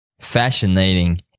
Fascinating